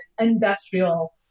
industrial